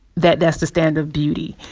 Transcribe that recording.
that that's the standard of beauty.